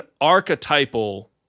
archetypal